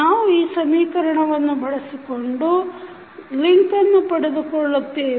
ನಾವು ಈ ಸಮೀಕರಣವನ್ನು ಬಳಸಿ ಕೊಂಡಿ ಯನ್ನು ಪಡೆದುಕೊಳ್ಳುತ್ತೇವೆ